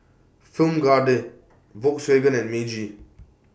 Film Grade Volkswagen and Meiji